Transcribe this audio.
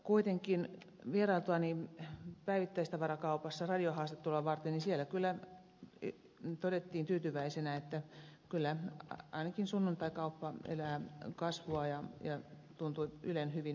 kuitenkin vieraillessani päivittäistavarakaupassa radiohaastattelua varten siellä kyllä todettiin tyytyväisinä että kyllä ainakin sunnuntaikauppa elää kasvua ja tuntui ylen hyvin menevän